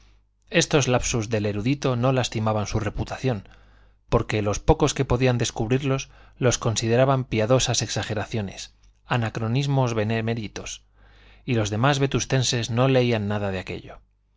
estos lapsus del erudito no lastimaban su reputación porque los pocos que podían descubrirlos los consideraban piadosas exageraciones anacronismos beneméritos y los demás vetustenses no leían nada de aquello